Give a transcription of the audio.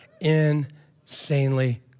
Insanely